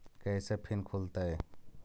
कैसे फिन खुल तय?